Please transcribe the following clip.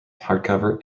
hardcover